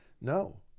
no